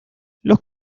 los